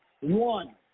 one